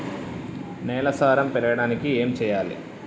నేల సారం పెరగడానికి ఏం చేయాలి?